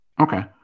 Okay